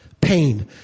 pain